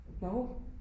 No